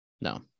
No